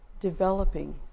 developing